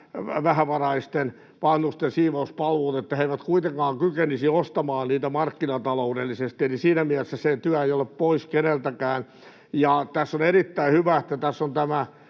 vähävaraisten vanhusten siivouspalvelut — he eivät kuitenkaan kykenisi ostamaan niitä markkinataloudellisesti, eli siinä mielessä se työ ei ole pois keneltäkään. Ja on erittäin hyvä, että tässä on tämä